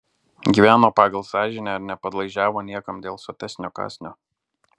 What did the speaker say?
gyveno pagal savo sąžinę ir nepadlaižiavo niekam dėl sotesnio kąsnio